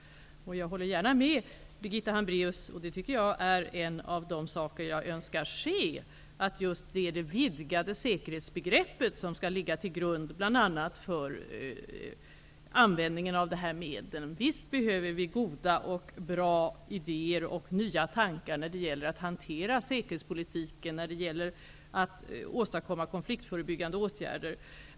Jag håller med Birgitta Hambraeus -- och det är en av de saker som jag önskar skall ske -- att det är det vidgade säkerhetsbegreppet som skall ligga till grund bl.a. för användningen av medlen. Visst behövs goda och bra idéer och nya tankar när de gäller att hantera säkerhetspolitiken för att kunna åstadkomma konfliktförebyggande åtgärder.